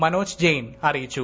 മനോജ് ജെയിൻ അറിയിച്ചു